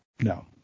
No